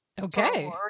Okay